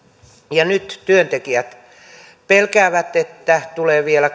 ja nyt työntekijät pelkäävät että tulee vielä